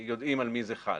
יודעים על מי זה חל.